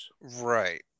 right